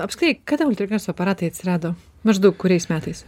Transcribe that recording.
apskritai kada ultragarso aparatai atsirado maždaug kuriais metais